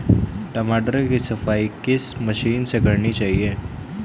टमाटर की सफाई किस मशीन से करनी चाहिए?